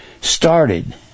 started